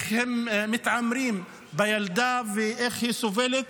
איך הם מתעמרים בילדה ואיך היא סובלת.